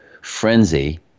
frenzy